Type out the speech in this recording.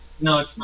No